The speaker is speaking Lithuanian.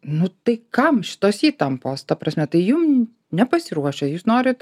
nu tai kam šitos įtampos ta prasme tai jum nepasiruošę jūs norit